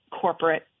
corporate